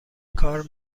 کار